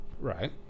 right